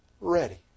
ready